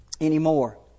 anymore